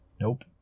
nope